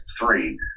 three